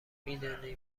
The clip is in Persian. میدونی